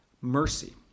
mercy